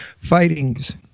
fightings